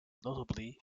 notably